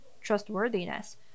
Trustworthiness